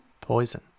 poison